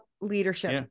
leadership